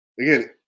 Again